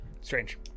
Strange